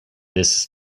this